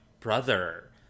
brother